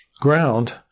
ground